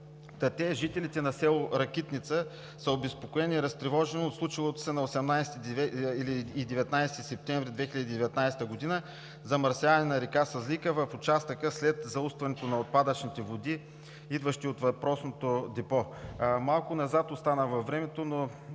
Жителите на село Ракитница са обезпокоени и разтревожени от случилото се на 18 и 19 септември 2019 г. замърсяване на река Сазлийка в участъка след заустването на отпадъчните води, идващи от депото. Малко назад остана във времето, но